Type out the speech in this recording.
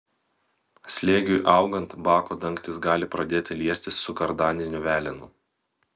slėgiui augant bako dangtis gali pradėti liestis su kardaniniu velenu